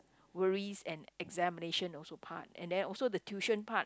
worries and examination also part and then also the tuition part